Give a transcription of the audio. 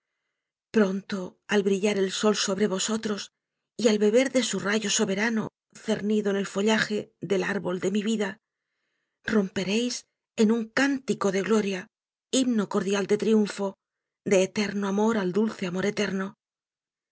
pronto al brillar el sol sobre vosotros y al beber de su rayo soberano cernido en el follaje del árbol de mi vida romperéis en un cántico de gloria himno cordial de triunfo de eterno amor al dulce amor eterno